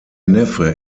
neffe